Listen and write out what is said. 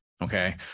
okay